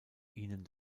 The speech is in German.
ihnen